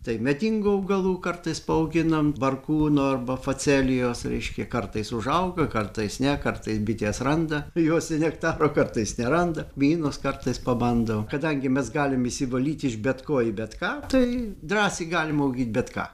tai medingų augalų kartais paauginam barkūno arba facelijos reiškia kartais užauga kartais ne kartais bitės randa juose nektaro kartais neranda kmynus kartais pabandom kadangi mes galim išsivalyt iš bet ko į bet ką tai drąsiai galima auginti bet ką